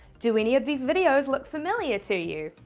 do any of these videos look familiar to you?